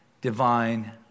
divine